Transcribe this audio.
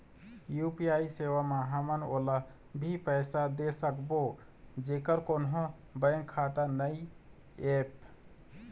UPI सेवा म हमन ओला भी पैसा दे सकबो जेकर कोन्हो बैंक खाता नई ऐप?